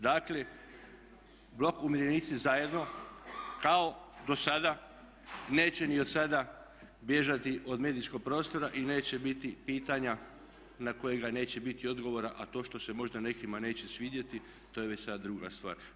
Dakle, Blok umirovljenici zajedno kao do sada neće ni od sada bježati od medijskog prostora i neće biti pitanja na kojega neće biti odgovora a to što se možda nekima neće svidjeti to je već sad druga stvar.